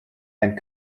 and